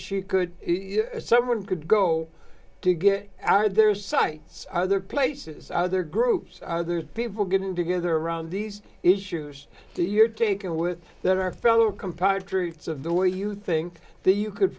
she could someone could go to get our their sites other places other groups of people getting together around these issues you're taking with that our fellow compared treats of the way you think that you could